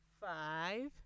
five